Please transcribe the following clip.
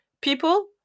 people